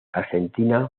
argentina